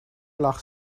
lag